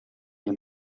del